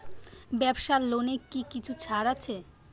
ব্যাবসার লোনে কি কিছু ছাড় আছে?